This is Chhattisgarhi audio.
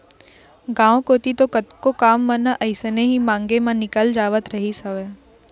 गांव कोती तो कतको काम मन ह अइसने ही मांगे म निकल जावत रहिस हवय